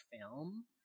film